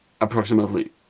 approximately